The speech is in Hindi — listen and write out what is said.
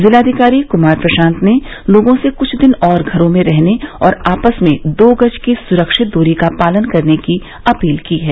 जिलाधिकारी कुमार प्रशांत ने लोगों से कुछ दिन और घरों में रहने और आपस में दो गज की सुरक्षित दूरी का पालन करने की अपील की है